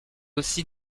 aussi